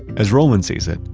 as roland sees it,